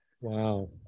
Wow